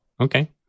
Okay